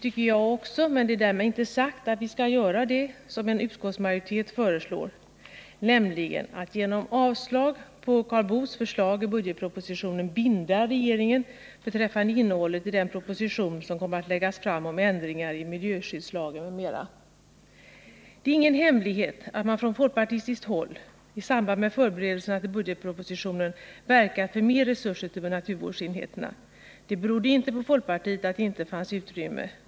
Men därmed är inte sagt att vi skall göra det som utskottsmajoriteten föreslår, nämligen att genom att avslå Karl Boos förslag i propositionen binda regeringen beträffande innehållet i den proposition om ändringar i miljöskyddslagen m.m. som kommer att läggas fram. Det är ingen hemlighet att vi från folkpartistiskt håll i samband med förberedelserna för budgetpropositionen verkade för mer resurser till naturvårdsenheterna. Det berodde inte på folkpartiet att det inte fanns utrymme.